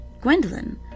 Gwendolyn